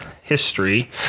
history